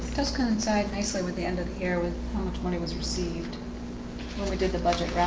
just kind of side nicely with the end of the year with how much money was received when we did the budget